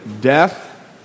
death